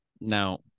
Now